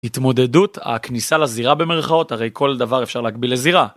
התמודדות הכניסה לזירה במרכאות הרי כל דבר אפשר להגביל לזירה.